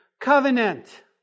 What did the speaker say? covenant